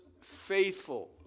faithful